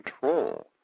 control